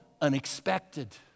unexpected